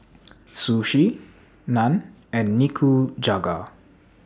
Sushi Naan and Nikujaga